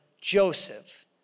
Joseph